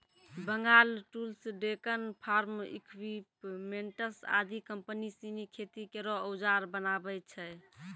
Bengal tools, Deccan farm equipments आदि कम्पनी सिनी खेती केरो औजार बनावै छै